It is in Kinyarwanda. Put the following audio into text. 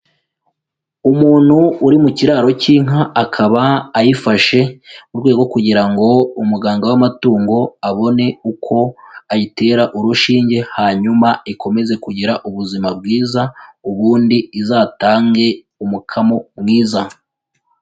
Umuntu uri mu kiraro cy'inka akaba ayifashe mu rwego kugira ngo umuganga w'amatungo abone uko ayitera urushinge, hanyuma ikomeze kugira ubuzima bwiza ubundi izatange umukamo mwiza.